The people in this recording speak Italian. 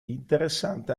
interessante